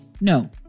no